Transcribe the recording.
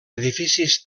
edificis